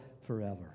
forever